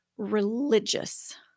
religious